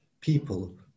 people